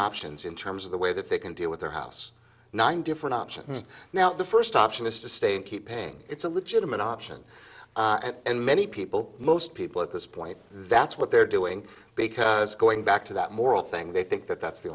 options in terms of the way that they can deal with their house nine different options now the first option is to stay and keep paying it's a legitimate option and many people most people at this point that's what they're doing because going back to that moral thing they think that that's the